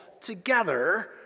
together